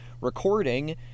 recording